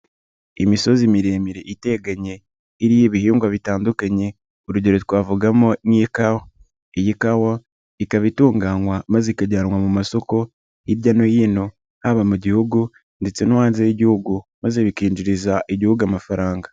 Imisozi miremire iteganye iriho ibihingwa bitandukanye urugero twavugamo n'ikawa iyi kawa ikaba itunganywa maze ikajyanwa mu masoko hirya no hino haba mu gihugu ndetse no hanze y'igihugu maze bikinjiriza igihugu amafaranga.